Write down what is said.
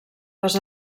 les